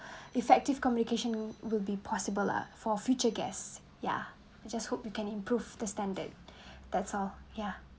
effective communication will be possible lah for future guests ya I just hope you can improve the standard that's all yeah